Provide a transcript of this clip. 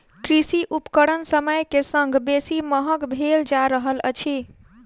कृषि उपकरण समय के संग बेसी महग भेल जा रहल अछि